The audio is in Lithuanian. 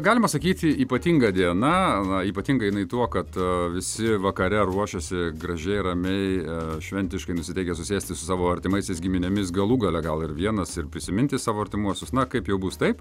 galima sakyti ypatinga diena ypatinga jinai tuo kad visi vakare ruošiasi gražiai ramiai šventiškai nusiteikę susėsti su savo artimaisiais giminėmis galų gale gal ir vienas ir prisiminti savo artimuosius na kaip jau bus taip